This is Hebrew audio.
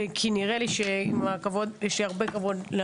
כי נראה לי שעם כל הכבוד שיש לי למשטרה,